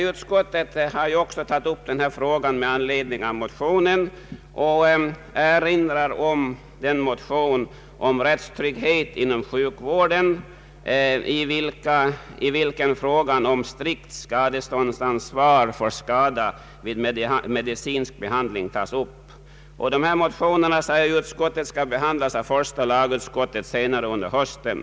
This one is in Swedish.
Utskottet har också tagit upp denna fråga med anledning av motionen och erinrar om den motion om rättstryggheten inom sjukvården i vilken frågan om strikt skadeståndsansvar för skada vid medicinsk behandling tas upp. Dessa motioner skall enligt utskottets utlåtande behandlas av första lagutskottet senare under hösten.